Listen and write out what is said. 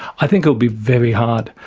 i think it would be very hard.